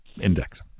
index